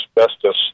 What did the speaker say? asbestos